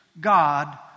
God